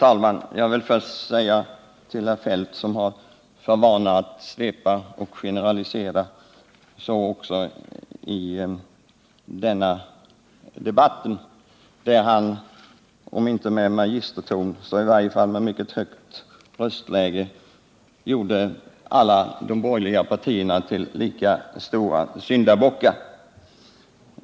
Herr talman! Kjell-Olof Feldt har för vana att svepa och generalisera. Så gjorde han också i denna debatt, när han om inte med magisterton så i alla fall i mycket högt röstläge gjorde alla de borgerliga partierna till lika stora syndabockar.